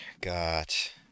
got